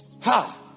Ha